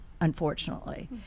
unfortunately